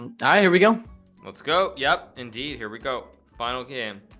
and here we go let's go yep indeed here we go final game